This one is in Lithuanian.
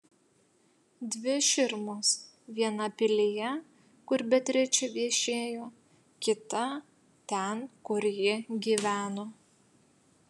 dvi širmos viena pilyje kur beatričė viešėjo kita ten kur ji gyveno